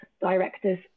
directors